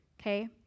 Okay